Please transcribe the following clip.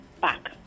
back